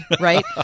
right